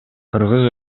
кыргыз